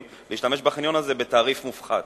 יכולים להשתמש בחניון הזה בתעריף מופחת?